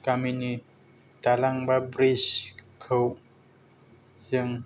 गामिनि दालां बा ब्रिज खौ जों